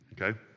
okay